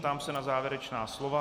Ptám se na závěrečná slova.